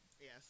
Yes